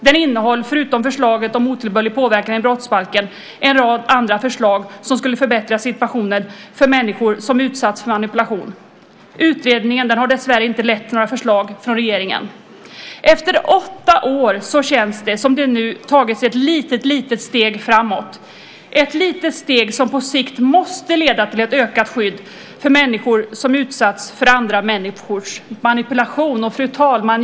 Den innehåller, förutom förslaget om otillbörlig påverkan i brottsbalken, en rad andra förslag som skulle förbättra situationen för människor som utsatts för manipulation. Utredningen har dessvärre inte lett till några förslag från regeringen. Efter åtta år känns det nu som att det tagits ett litet, litet steg framåt - ett litet steg som på sikt måste leda till ett ökat skydd för människor som utsatts för andra människors manipulation. Fru talman!